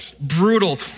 brutal